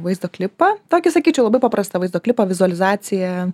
vaizdo klipą tokį sakyčiau labai paprastą vaizdo klipą vizualizaciją